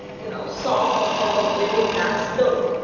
you know, solve a problem within that scope.